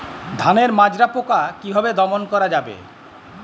ধানের মাজরা পোকা কি ভাবে দমন করা যাবে?